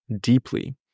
deeply